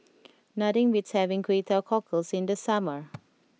nothing beats having Kway Teow Cockles in the summer